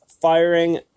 firing